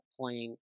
playing